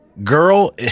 Girl